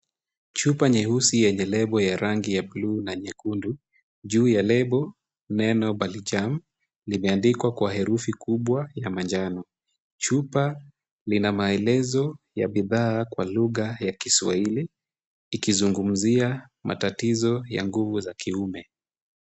Chupa nyeusi yenye lebo ya rangi ya buluu na nyekundu. Juu ya lebo, neno balijaam imeandikwa kwa herufu kubwa ya manjano. Chupa lina maelezo ya bidhaa kwa lugha ya Kiswahili ikizungumzia matatizo ya nguvu za kiume.